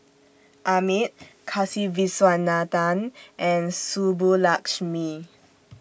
Amit Kasiviswanathan and Subbulakshmi